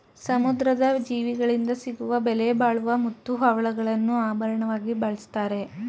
ಸಮುದ್ರದ ಜೀವಿಗಳಿಂದ ಸಿಗುವ ಬೆಲೆಬಾಳುವ ಮುತ್ತು, ಹವಳಗಳನ್ನು ಆಭರಣವಾಗಿ ಬಳ್ಸತ್ತರೆ